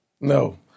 No